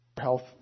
Health